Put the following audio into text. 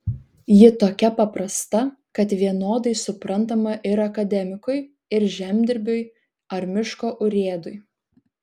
ji tokia paprasta kad vienodai suprantama ir akademikui ir žemdirbiui ar miško urėdui